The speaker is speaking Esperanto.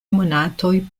monatoj